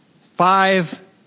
Five